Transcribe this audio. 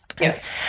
Yes